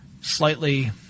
slightly